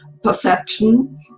perception